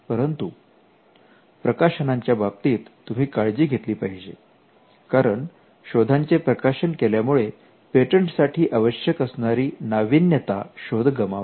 परंतु प्रकाशनांच्या बाबतीत तुम्ही काळजी घेतली पाहिजे कारण शोधांचे प्रकाशन केल्यामुळे पेटंटसाठी आवश्यक असणारी नाविन्यता शोध गमावते